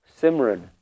Simran